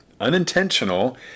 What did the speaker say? Unintentional